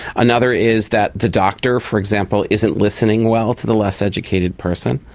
another is that the doctor, for example, isn't listening well to the less educated person.